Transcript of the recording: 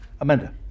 Amanda